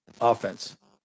offense